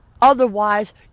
Otherwise